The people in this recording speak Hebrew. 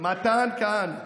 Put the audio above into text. מתן כהנא,